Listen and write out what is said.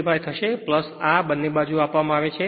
65 થશે આ બંને અહીં આપવામાં આવે છે